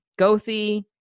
gothy